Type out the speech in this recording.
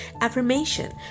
affirmation